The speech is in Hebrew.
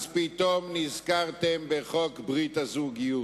פתאום נזכרתם בחוק ברית הזוגיות.